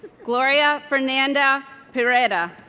gloria fernanda piredda